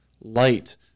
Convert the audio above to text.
light